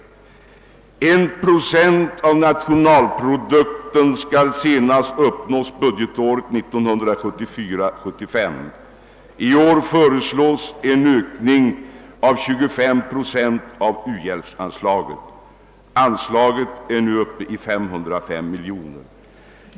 Målet 1 procent av nationalprodukten skall uppnås senast budgetåret 1974/75. I år föreslås en ökning med 25 procent av u-hjälpsanslaget, som nu är uppe i 505 miljoner kronor.